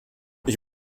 ich